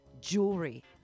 jewelry